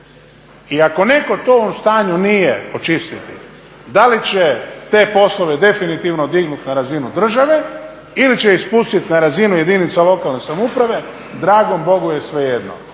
i ako netko to u ovom stanju nije počistiti da li će te poslove definitivno dignut na razinu države ili će ih spustit na razinu jedinica lokalne samouprave dragom Bogu je svejedno.